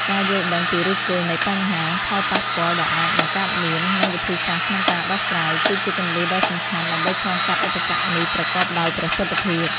ការយល់ដឹងពីឫសគល់នៃបញ្ហា ផលប៉ះពាល់ដែលអាចនឹងកើតមាន និងវិធីសាស្រ្តក្នុងការដោះស្រាយ គឺជាគន្លឹះដ៏សំខាន់ដើម្បីឆ្លងកាត់ឧបសគ្គនេះប្រកបដោយប្រសិទ្ធភាព។